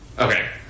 Okay